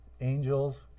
Angels